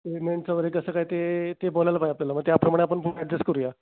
पेमेंटचा वगैरे कसं काय ते ते बोलायला पाहिजे आपल्याला मग त्याप्रमाणे आपण अड्जस्ट करुया